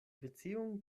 beziehung